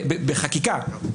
בחקיקה,